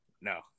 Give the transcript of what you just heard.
no